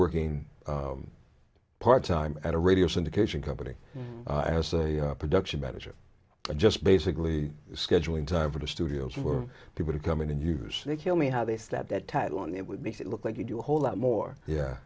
working part time at a radio syndication company as a production manager and just basically scheduling time for the studio for people to come in and use to kill me how they step that title on it would make it look like you do a whole lot more yeah